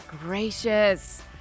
gracious